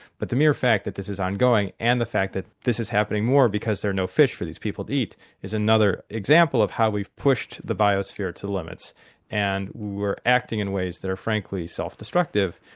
but the mere fact that this is ongoing and the fact that this is happening more because there are no fish for these people to eat is another example of how we've pushed the biosphere to the limits and we're acting in ways that are frankly self-destructive.